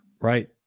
Right